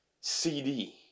CD